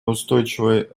устойчивой